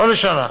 לא לשנה,